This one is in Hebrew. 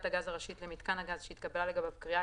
הגז הראשית למיתקן הגז שהתקבלה לגביו קריאה,